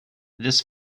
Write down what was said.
this